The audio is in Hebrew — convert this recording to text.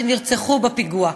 שנרצחו בפיגוע.